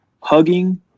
hugging